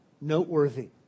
noteworthy